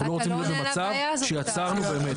אנחנו לא רוצים להיות במצב שיצרנו באמת.